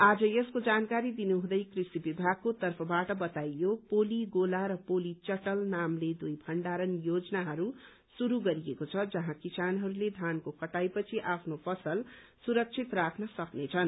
आज यसको जानकारी दिनु हुँदै कृषि विभागको तर्फबाट बताइयो पोली गोला र पोली चटल नामले दुइ भण्डारण योजनाहरू शुरू गरिएको छ जहाँ किसानहरूले धानको कटाई पछि आफ्नो फसल सुरक्षित राख्न सक्नेछन्